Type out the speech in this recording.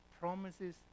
promises